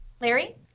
Larry